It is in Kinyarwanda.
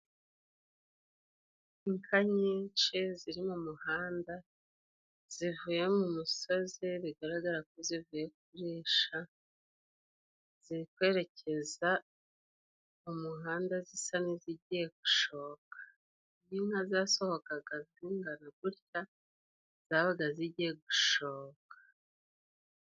Inka nyinshi ziri mu muhanda zivuye mu musozi bigaragara ko zivuye kurisha ziri kwerekeza mu muhanda zisa n'izigiye gushoka inka zasohokaga zinganara gutya zabaga zigiye gushoka.